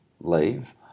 leave